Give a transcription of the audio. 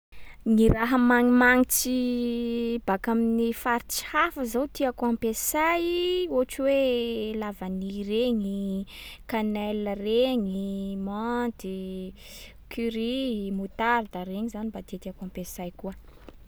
Ny raha manimanitsy baka amin’ny faritsy hafa zao tiàko ampiasay, ohatry hoe la vanille regny i, canelle regny i, menthe i, curry i, moutarde a, regny zany mba tiàtiàko ampiasay koa.